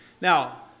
Now